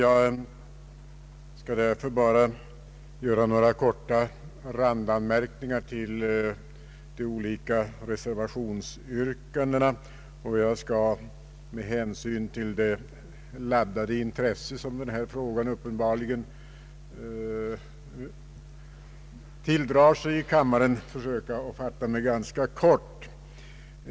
Därför skall jag bara göra några randanmärkningar till de olika reservationsyrkandena, och med hänsyn till det ”laddade intresse” som denna fråga uppenbarligen tilldrar sig i kammaren skall jag försöka fatta mig ganska kort.